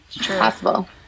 possible